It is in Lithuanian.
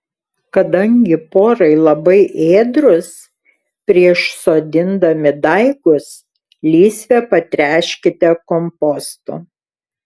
kadangi porai labai ėdrūs prieš sodindami daigus lysvę patręškite kompostu